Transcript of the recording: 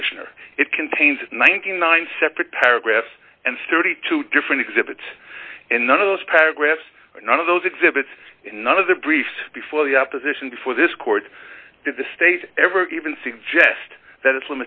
commissioner it contains ninety nine separate paragraphs and sturdy two different exhibits and none of those paragraphs none of those exhibits none of the briefs before the opposition before this court did the state ever even suggest that its